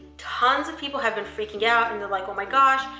tons of people have been freaking out and they're like, oh my gosh.